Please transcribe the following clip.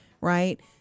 right